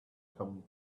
come